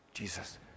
Jesus